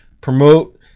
promote